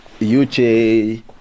UJ